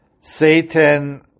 Satan